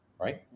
right